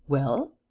well?